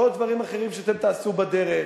לעוד דברים אחרים שאתם תעשו בדרך.